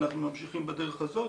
ואנחנו ממשיכים בדרך הזאת